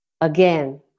again